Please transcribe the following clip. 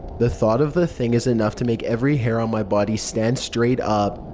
the thought of the thing is enough to make every hair on my body stand straight up.